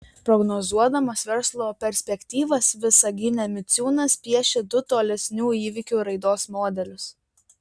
prognozuodamas verslo perspektyvas visagine miciūnas piešia du tolesnių įvykių raidos modelius